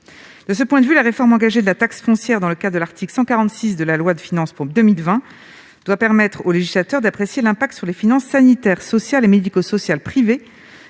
De ce point de vue, la réforme engagée de la taxe foncière dans le cadre de l'article 146 de la loi de finances pour 2020 doit permettre au législateur d'apprécier l'impact sur les finances sanitaires, sociales et médico-sociales privées